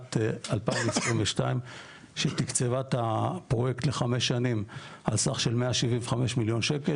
בתחילת 2022 שתקצבה את הפרויקט לחמש שנים על סך של 175 מיליון שקל,